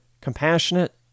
compassionate